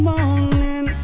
morning